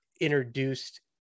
introduced